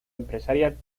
empresarial